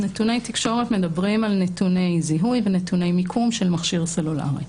נתוני תקשורת מדברים על נתוני זיהוי ונתוני מיקום של מכשיר סלולרי.